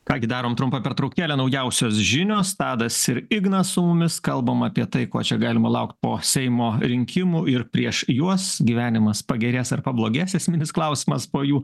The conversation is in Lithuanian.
ką gi darom trumpą pertraukėlę naujausios žinios tadas ir ignas su mumis kalbam apie tai ko čia galima laukt po seimo rinkimų ir prieš juos gyvenimas pagerės ar pablogės esminis klausimas po jų